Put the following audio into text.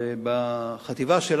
בבקשה,